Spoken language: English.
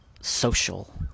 social